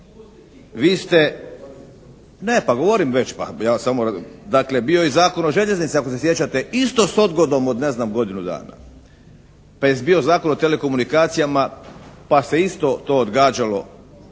Vi ste, ne pa govorim već, ja samo, dakle bio je i Zakon o Željeznici ako se sjećate isto s odgodom od, ne znam, godinu dana. Pa je bio Zakon o telekomunikacijama pa se isto to odgađalo